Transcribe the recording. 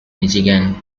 michigan